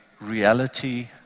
reality